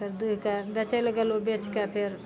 फेर दुहि कएऽ बेचै लए गेलहुॅं बेचके फेर